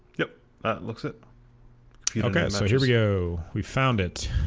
yep that looks it okay so here we go we found it